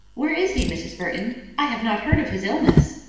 where is he, mrs. burton? i have not heard of his illness.